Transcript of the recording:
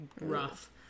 rough